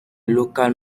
local